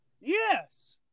Yes